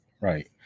right